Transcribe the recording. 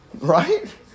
Right